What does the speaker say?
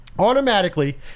Automatically